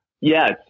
Yes